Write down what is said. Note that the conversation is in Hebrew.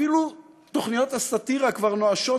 אפילו תוכניות הסאטירה כבר נואשות,